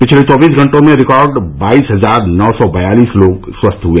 पिछले चौबीस घंटों में रिकॉर्ड बाइस हजार नौ सौ बयालीस लोग स्वस्थ हुए